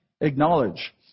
acknowledge